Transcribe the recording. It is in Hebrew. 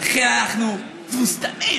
לכן אנחנו תבוסתנים.